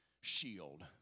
shield